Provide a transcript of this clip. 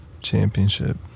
championship